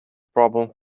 problem